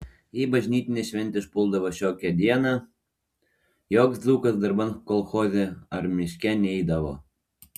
jei bažnytinė šventė išpuldavo šiokią dieną joks dzūkas darban kolchoze ar miške neidavo